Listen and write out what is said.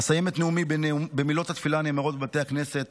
אסיים את נאומי במילות התפילה הנאמרת בבתי הכנסת